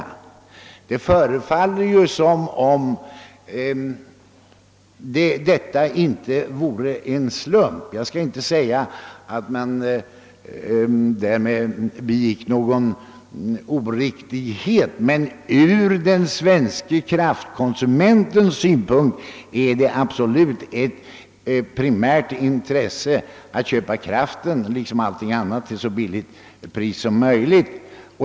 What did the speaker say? Det förefaller som om detta inte vore en slump. Jag skall inte säga att man därmed begick någon oriktig handling, men ur den svenska kraftkonsumentens synpunkt är det absolut ett primärt intresse att kraften liksom allt annat köps till så låga priser som möjligt.